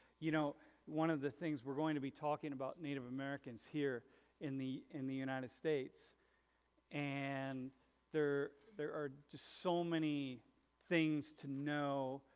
you know one of the things we're going to be talking about native americans here in the, in the united states and there there are just so many things to know,